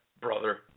brother